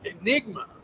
Enigma